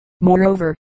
Moreover